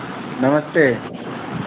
नमस्ते